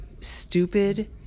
stupid